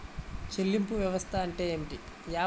చెల్లింపు వ్యవస్థ అంటే ఏమిటి?